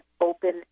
open